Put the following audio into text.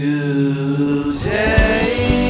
Today